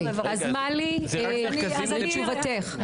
אז מלי, תשובתך.